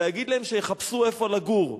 להגיד להם שיחפשו איפה לגור.